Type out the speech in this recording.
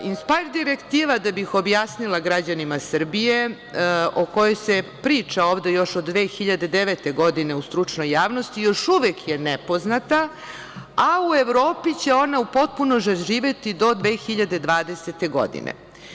Inspajrd direktiva, da bih objasnila građanima Srbije, o kojoj se priča ovde još od 2009. godine u stručnoj javnosti, još uvek je nepoznata, a u Evropi će ona potpuno zaživeti do 2020. godine.